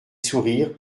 sourires